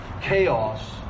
chaos